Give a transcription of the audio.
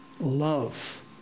love